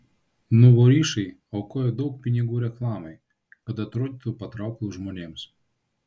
nuvorišai aukoja daug pinigų reklamai kad atrodytų patrauklūs žmonėms